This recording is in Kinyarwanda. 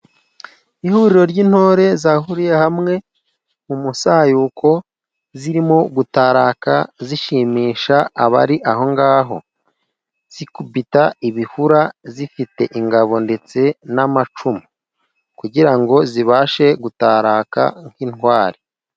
Ihuriro ry'intore zahuriye hamwe mu musayuko zirimo gutaraka zishimisha abari aho ngaho, zikubita ibihura ,zifite ingabo ndetse n'amacumu ,kugirango zibashe gutaraka nk'intwari.